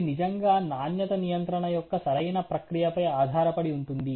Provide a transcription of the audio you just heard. ఇది నిజంగా నాణ్యత నియంత్రణ యొక్క సరైన ప్రక్రియపై ఆధారపడి ఉంటుంది